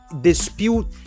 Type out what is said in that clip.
dispute